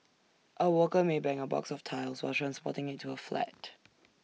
A worker may bang A box of tiles while transporting IT to A flat